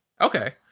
Okay